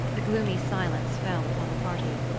a gloomy silence fell upon the party.